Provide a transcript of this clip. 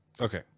Okay